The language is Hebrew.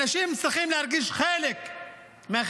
אנשים צריכים להרגיש חלק מהחברה,